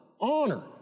honor